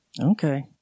Okay